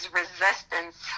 resistance